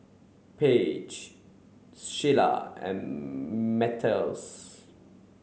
Paige Shelia and Mathias